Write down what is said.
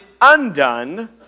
undone